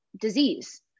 disease